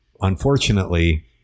Unfortunately